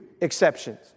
exceptions